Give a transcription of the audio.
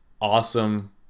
awesome